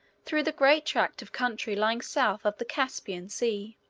through the great tract of country lying south of the caspian sea.